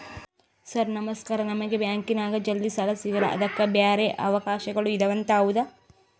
Sir ನಮಸ್ಕಾರ ನಮಗೆ ಬ್ಯಾಂಕಿನ್ಯಾಗ ಜಲ್ದಿ ಸಾಲ ಸಿಗಲ್ಲ ಅದಕ್ಕ ಬ್ಯಾರೆ ಅವಕಾಶಗಳು ಇದವಂತ ಹೌದಾ?